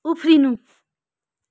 उफ्रिनु